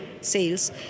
sales